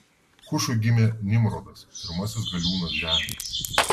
kušui gimė nimrodas pirmasis galiūnas žemėje